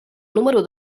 número